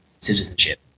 citizenship